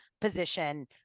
position